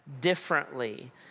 differently